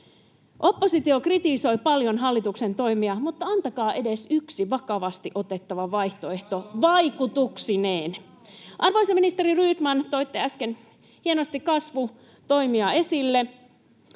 Oppositio kritisoi paljon hallituksen toimia, mutta antakaa edes yksi vakavasti otettava vaihtoehto vaikutuksineen. Arvoisa ministeri Rydman, toitte äsken hienosti kasvutoimia esille.